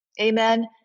Amen